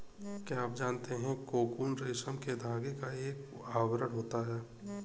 क्या आप जानते है कोकून रेशम के धागे का एक आवरण होता है?